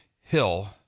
Hill